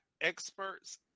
experts